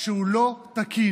שהוא לא תקין.